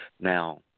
Now